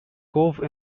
cove